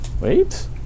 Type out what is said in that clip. Wait